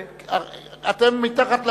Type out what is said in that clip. אתם מתחת לבמה,